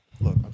Look